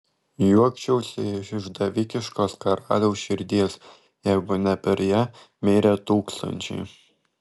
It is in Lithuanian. juokčiausi iš išdavikiškos karaliaus širdies jeigu ne per ją mirę tūkstančiai